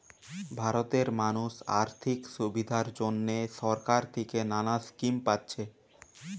ভারতের মানুষ আর্থিক সুবিধার জন্যে সরকার থিকে নানা স্কিম পাচ্ছে